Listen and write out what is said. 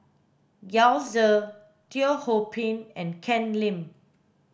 Yao Zi Teo Ho Pin and Ken Lim